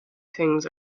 things